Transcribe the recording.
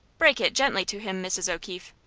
break it gently to him, mrs. o'keefe.